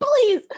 Please